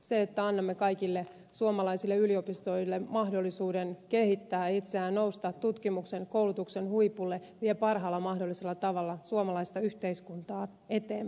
se että annamme kaikille suomalaisille yliopistoille mahdollisuuden kehittää itseään nousta tutkimuksen koulutuksen huipulle vie parhaalla mahdollisella tavalla suomalaista yhteiskuntaa eteenpäin